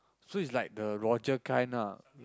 so it's like the Roger kind ah